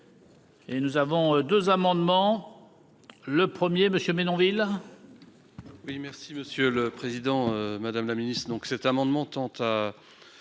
Et nous avons 2 amendements. Le 1er monsieur Menonville.